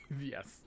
yes